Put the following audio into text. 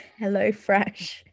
HelloFresh